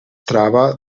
troba